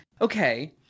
Okay